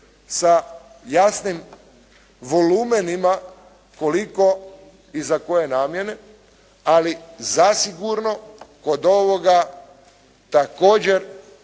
sa jasnim volumenima koliko i za koje namjene, ali zasigurno kod ovoga također